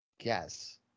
Yes